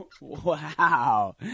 wow